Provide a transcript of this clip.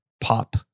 pop